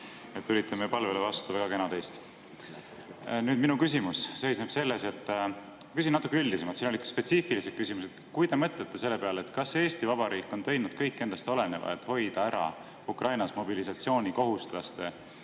Tulite meie palvele vastu, väga kena teist. Nüüd, minu küsimus seisneb selles, et ma küsin natuke üldisemalt, siin olid sellised spetsiifilised küsimused. Kui te mõtlete selle peale, kas Eesti Vabariik on teinud kõik endast oleneva, et hoida ära Ukrainas mobilisatsioonikohuslaste